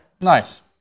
Nice